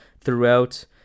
throughout